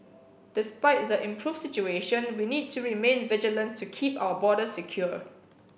despite the improved situation we need to remain vigilant to keep our borders secure